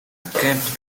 unkempt